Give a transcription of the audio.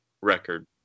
record